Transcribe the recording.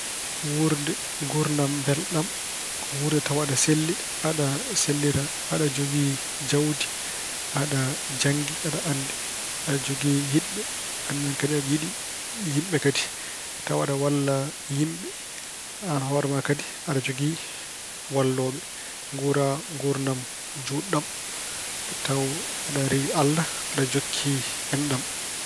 Wuurde nguurndam mbelɗam ko wuurde tawa aɗa selli, aɗa sellira, aɗa jogii jawdi, aɗa janngii, aɗa anndi, aɗa jogii yiɗɓe, aan ne kadi aɗa yiɗi yimɓe kadi. Tawa aɗa walla yimɓe, aan hoore ma kadi aɗa jogii wallooɓe. Nguura nguurndam juutɗam, tawa aɗa rewi Allah, aɗa jokki enɗam.